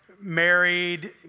married